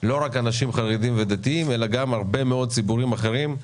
לא רק אנשים חרדים ודתיים אלא גם הרבה מאוד ציבורים אחרים,